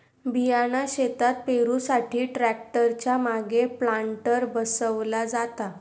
बियाणा शेतात पेरुसाठी ट्रॅक्टर च्या मागे प्लांटर बसवला जाता